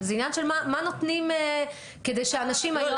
זה עניין של מה נותנים כדי שאנשים היום --- לא,